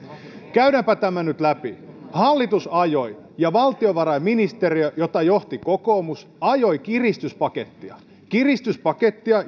käydäänpä tämä nyt läpi hallitus ajoi ja valtiovarainministeriö jota johti kokoomus kiristyspakettia kiristyspakettia